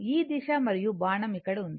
ఈ దిశ మరియు బాణం ఇక్కడ ఉంది